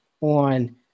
on